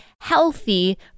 healthy